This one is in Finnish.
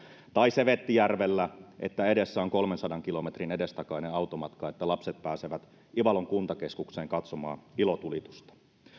tai sevettijärvellä että edessä on kolmensadan kilometrin edestakainen automatka että lapset pääsevät ivalon kuntakeskukseen katsomaan ilotulitusta